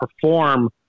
perform